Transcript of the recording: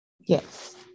Yes